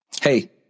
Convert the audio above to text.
Hey